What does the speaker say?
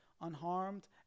unharmed